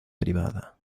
privada